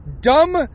dumb